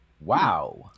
Wow